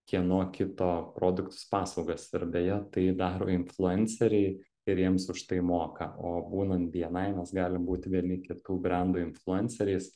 kieno kito produktus paslaugas ir beje tai daro influenceriai ir jiems už tai moka o būnant bni mes galim būti vieni kitų brendų influenceriais